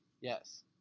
Yes